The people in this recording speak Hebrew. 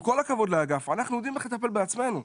עם כל הכבוד לאגף אנחנו יודעים איך לטפל בעצמנו,